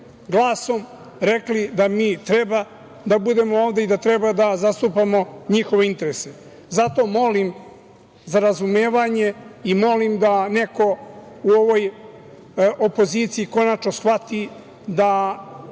glasom rekli da mi treba da budemo ovde i da treba da zastupamo njihove interese. Zato molim za razumevanje i molim da neko u ovoj opoziciji konačno shvati da